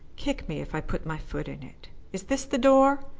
kick me if i put my foot in it. is this the door?